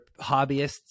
hobbyists